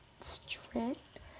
strict